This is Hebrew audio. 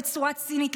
בצורה צינית,